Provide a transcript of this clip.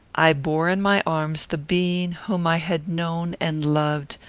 i bore in my arms the being whom i had known and loved,